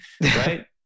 right